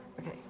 Okay